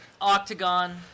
octagon